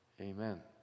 Amen